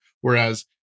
Whereas